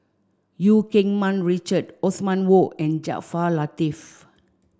Eu Keng Mun Richard Othman Wok and Jaafar Latiff